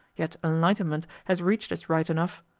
yet enlightenment has reached us right enough.